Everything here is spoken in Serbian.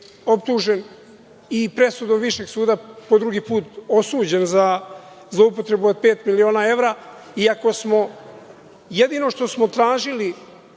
i presudom Višeg suda po drugi put osuđen za zloupotrebu od pet miliona evra, i ako smo jedino što smo tražili